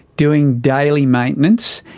doing daily maintenance,